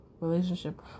relationship